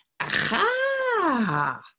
Aha